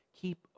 keep